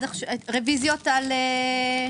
רוויזיות על הכול.